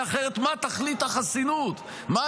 ח"כים יחליטו על עצמם?